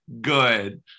good